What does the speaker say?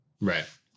Right